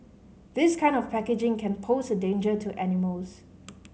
this kind of packaging can pose a danger to animals